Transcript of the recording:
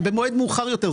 זה במועד מאוחר יותר,